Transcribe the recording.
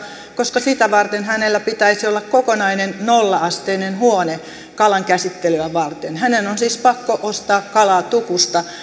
koska sitä varten hänellä pitäisi olla kokonainen nolla asteinen huone kalan käsittelyä varten hänen on siis pakko ostaa kalaa tukusta